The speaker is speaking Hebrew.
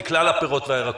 הוא מכלל הפירות והירקות.